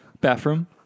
Bathroom